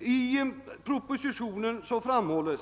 I propositionen framhålles